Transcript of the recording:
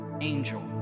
angel